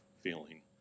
feeling